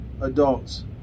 adults